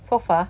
so far